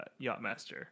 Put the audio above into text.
Yachtmaster